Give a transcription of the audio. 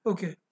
Okay